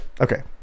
okay